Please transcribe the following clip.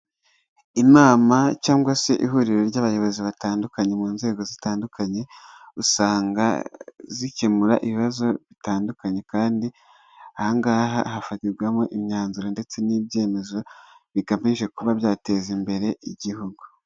Inama cyangwa se ihuriro ry'abayobozi batandukanye mu nzego zitandukanye usanga zikemura ibibazo bitandukanye kandi aha ngaha hafatirwamo imyanzuro ndetse n'ibyemezo bigamije kuba byateza imbere igihugu.